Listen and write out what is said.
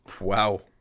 Wow